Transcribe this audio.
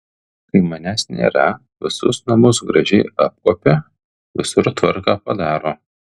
kai manęs nėra visus namus gražiai apkuopia visur tvarką padaro